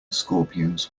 scorpions